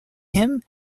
him